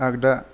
आगदा